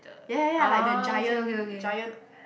ya ya ya like the Giant Giant